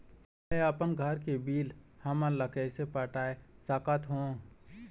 मैं अपन घर के बिल हमन ला कैसे पटाए सकत हो?